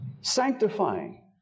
sanctifying